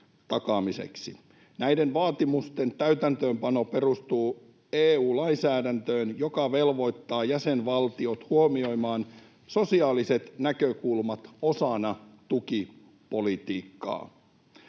Näiden vaatimusten täytäntöönpano perustuu EU-lainsäädäntöön, joka velvoittaa jäsenvaltiot huomioimaan sosiaaliset näkökulmat osana tukipolitiikkaa.